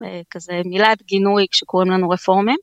זה, כזה, מילת גינוי שקוראים לנו רפורמים.